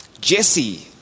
Jesse